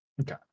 Okay